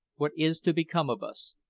what is to become of us?